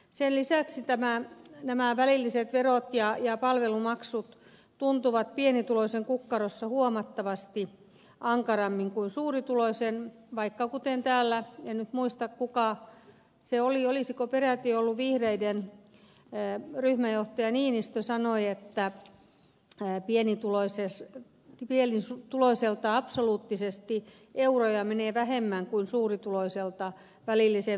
sen lisäksi nämä välilliset verot ja palvelumaksut tuntuvat pienituloisen kukkarossa huomattavasti ankarammin kuin suurituloisen vaikka kuten täällä joku en nyt muista kuka se oli olisiko peräti ollut vihreiden ryhmäjohtaja niinistö sanoi että pienituloiselta absoluuttisesti euroja menee vähemmän kuin suurituloiselta välilliseen verotuksen